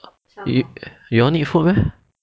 you you all need food meh